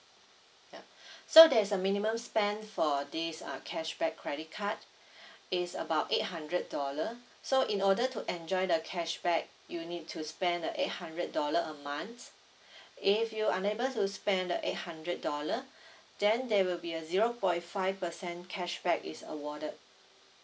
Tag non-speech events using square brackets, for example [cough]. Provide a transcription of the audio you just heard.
ya so there's a minimum spend for this uh cashback credit card [breath] is about eight hundred dollar so in order to enjoy the cashback you need to spend the eight hundred dollar a month if you unable to spend the eight hundred dollar [breath] then there will be a zero point five percent cashback is awarded